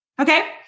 Okay